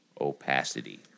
Opacity